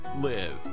live